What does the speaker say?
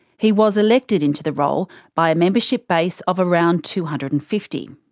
he was elected into the role by a membership base of around two hundred and fifty.